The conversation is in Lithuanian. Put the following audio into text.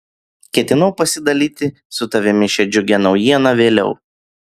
ketinau pasidalyti su tavimi šia džiugia naujiena vėliau